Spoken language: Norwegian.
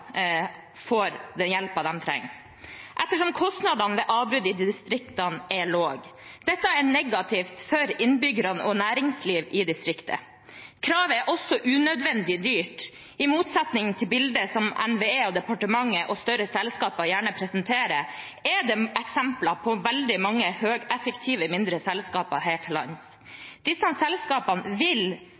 får den hjelpen de trenger, ettersom kostnadene ved avbrudd i distriktene er lav. Dette er negativt for innbyggerne og for næringslivet i distriktene. Kravet er også unødvendig dyrt. I motsetning til bildet som NVE, departementet og større selskaper gjerne presenterer, er det eksempler på veldig mange høyeffektive, mindre selskaper her til lands. Disse selskapene vil